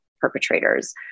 perpetrators